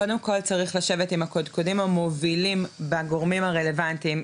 צריך לשבת עם הקודקודים המובילים בגורמים הרלוונטיים,